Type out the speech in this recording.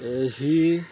ଏହି